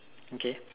okay